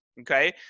okay